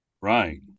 Right